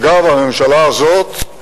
אגב, הממשלה הזאת,